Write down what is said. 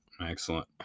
excellent